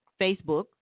Facebook